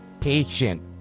patient